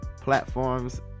platforms